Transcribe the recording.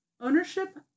ownership